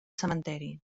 cementeri